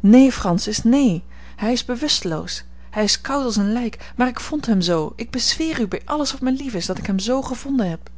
neen francis neen hij is bewusteloos hij is koud als een lijk maar ik vond hem z ik bezweer u bij alles wat mij lief is dat ik hem zoo gevonden heb